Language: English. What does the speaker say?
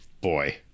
boy